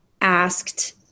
asked